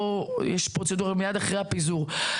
או יש פרוצדורה מיד אחרי הפיזור.